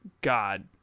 God